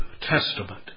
Testament